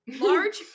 Large